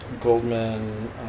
Goldman